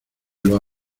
los